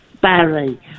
Barry